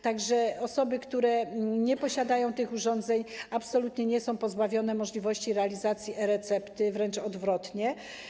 Tak że osoby, które nie posiadają tych urządzeń, absolutnie nie są pozbawione możliwości realizacji e-recepty, wręcz odwrotnie.